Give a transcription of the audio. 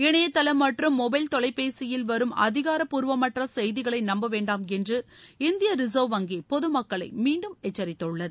இணையதளம் மற்றும் மொபைல் தொலைபேசியில் வரும் அதிகாரப்பூர்வமற்ற செய்திகளை நம்ப வேண்டாமென்று இந்திய ரிசா்வ் வங்கி பொதுமக்களை மீண்டும் எச்சரித்துள்ளது